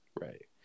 right